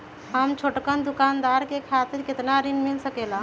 हम छोटकन दुकानदार के खातीर कतेक ऋण मिल सकेला?